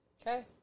Okay